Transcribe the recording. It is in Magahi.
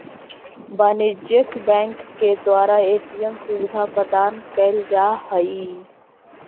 वाणिज्यिक बैंक के द्वारा ए.टी.एम सुविधा प्रदान कैल जा हइ